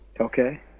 Okay